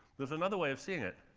there's another way of seeing it.